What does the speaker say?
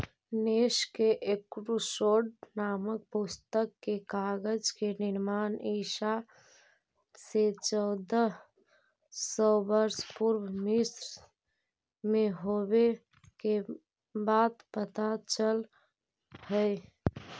नैश के एकूसोड्स् नामक पुस्तक से कागज के निर्माण ईसा से चौदह सौ वर्ष पूर्व मिस्र में होवे के बात पता चलऽ हई